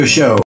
Show